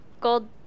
gold